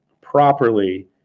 properly